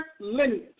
lineage